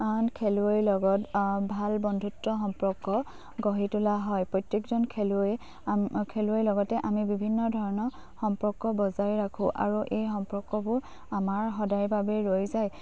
খেলুৱৈৰ লগত ভাল বন্ধুত্ব সম্পৰ্ক গঢ়ি তোলা হয় প্ৰত্যেকজন খেলুৱৈ খেলুৱৈ লগতে আমি বিভিন্ন ধৰণৰ সম্পৰ্ক বজাই ৰাখোঁ আৰু এই সম্পৰ্কবোৰ আমাৰ সদায়ৰ বাবে ৰৈ যায়